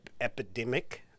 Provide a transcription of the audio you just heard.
epidemic